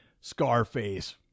scarface